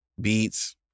beats